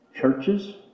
churches